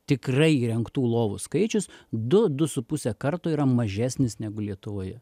tikrai įrengtų lovų skaičius du du su puse karto yra mažesnis negu lietuvoje